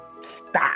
stop